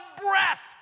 breath